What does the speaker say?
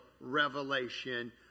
revelation